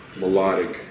melodic